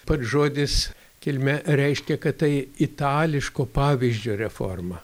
pats žodis kilme reiškia kad tai itališko pavyzdžio reforma